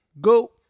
go